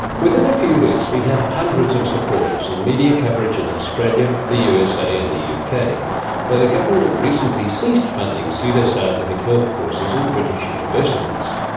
within a few weeks we had hundreds of supporters and media coverage in australia, the usa and the uk where the government recently ceased funding pseudoscientific health courses in british universities.